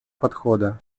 подхода